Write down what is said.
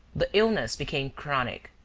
the illness became chronic.